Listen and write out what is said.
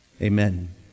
Amen